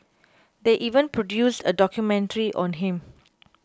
they even produced a documentary on him